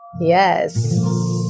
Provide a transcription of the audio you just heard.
Yes